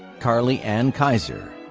karli ann kaiser.